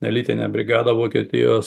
elitinę brigadą vokietijos